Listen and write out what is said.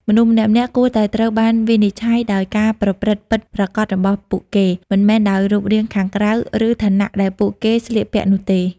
មនុស្សម្នាក់ៗគួរតែត្រូវបានវិនិច្ឆ័យដោយការប្រព្រឹត្តពិតប្រាកដរបស់ពួកគេ មិនមែនដោយរូបរាងខាងក្រៅឬឋានៈដែលពួកគេស្លៀកពាក់នោះទេ។